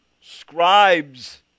scribes